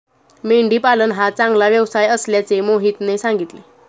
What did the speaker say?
मेंढी पालन हा चांगला व्यवसाय असल्याचे मोहितने सांगितले